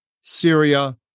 Syria